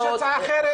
יש הצעה אחרת.